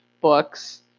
books